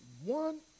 One